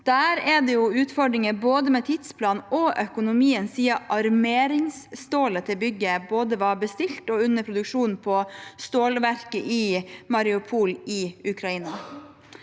Der er det utfordringer med både tidsplanen og økonomien siden armeringsstålet til bygget var både bestilt og under produksjon på stålverket i Mariupol i Ukraina.